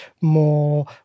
more